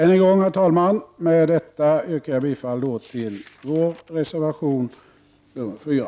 Med detta, herr talman, yrkar jag än en gång bifall till vår reservation nr 4.